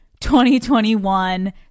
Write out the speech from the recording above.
2021